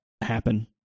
happen